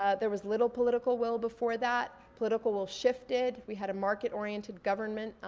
ah there was little political will before that. political will shifted, we had a market oriented government,